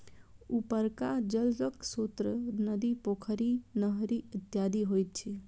उपरका जलक स्रोत नदी, पोखरि, नहरि इत्यादि होइत अछि